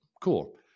Cool